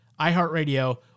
iHeartRadio